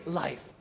life